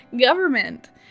government